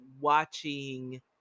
watching